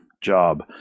job